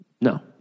No